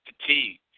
Fatigue